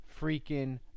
freaking